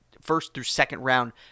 first-through-second-round